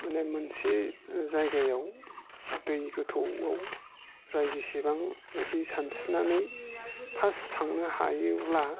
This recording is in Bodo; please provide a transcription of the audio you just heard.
माने मोनसे जायगायाव दै गोथौआव जाय जेसेबांनोखि सानस्रिनानै फार्स्ट थांनो हायोब्ला